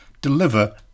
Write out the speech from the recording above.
deliver